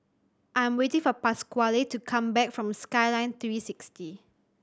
I'm waiting for Pasquale to come back from Skyline Three Sixty